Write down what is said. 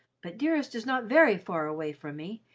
but dearest is not very far away from me.